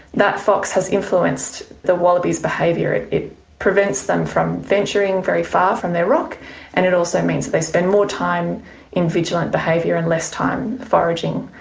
that fox has influenced the wallabies' behaviour. it it prevents them from venturing very far from their rock and it also means that they spend more time in vigilant behaviour and less time foraging.